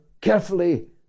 carefully